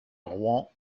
rouen